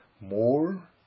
more